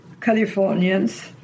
Californians